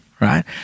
right